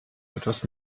etwas